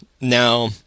Now